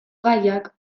gaiak